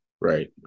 Right